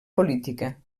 política